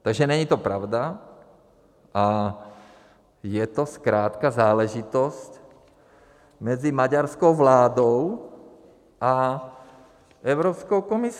Takže není to pravda a je to zkrátka záležitost mezi maďarskou vládou a Evropskou komisí.